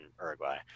uruguay